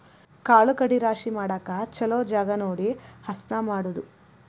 ಕಾಳು ಕಡಿ ರಾಶಿ ಮಾಡಾಕ ಚುಲೊ ಜಗಾ ನೋಡಿ ಹಸನ ಮಾಡುದು